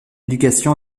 éducation